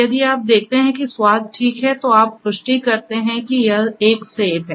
यदि आप देखते हैं कि स्वाद ठीक है तो आप पुष्टि करते हैं कि यह एक सेब है